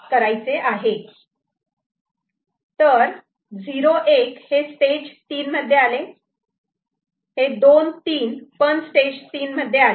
तर 0 1 हे स्टेज 3 मध्ये आले हे 2 3 पण स्टेज 3 मध्ये आले